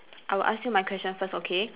I will ask you my question first okay